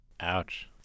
Ouch